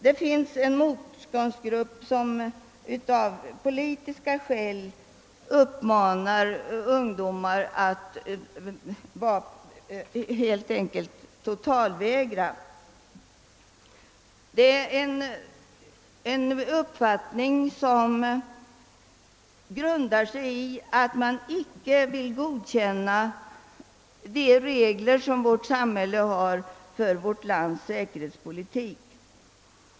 Det finns en motståndsgrupp som av politiska skäl uppmanar ungdomar att helt enkelt totalvägra, en inställning som har sin grund i att man icke vill godkänna vårt lands säkerhetspolitik.